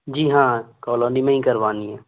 जी हाँ कॉलोनी में ही करवानी है